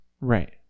right